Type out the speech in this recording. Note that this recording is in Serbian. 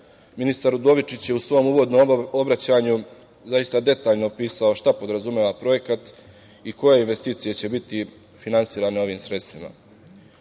Ministar Udovičić je u svom uvodnom obraćanju zaista detaljno opisano šta podrazumeva projekat i koje investicije će biti finansirane ovim sredstvima. Veoma